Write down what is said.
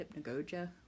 hypnagogia